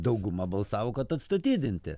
dauguma balsavo kad atstatydinti